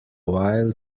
while